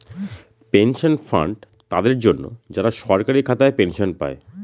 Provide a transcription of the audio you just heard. pension fund তাদের জন্য, যারা সরকারি খাতায় পেনশন পায়